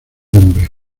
legumbres